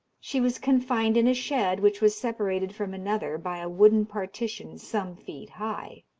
she was confined in a shed, which was separated from another by a wooden partition some feet high.